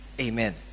Amen